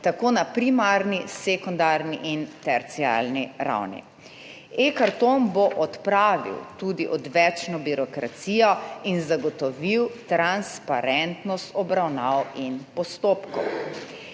tako na primarni, sekundarni in terciarni ravni. E-karton bo odpravil tudi odvečno birokracijo in zagotovil transparentnost obravnav in postopkov.